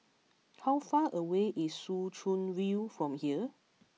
how far away is Soo Chow View from here